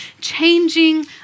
changing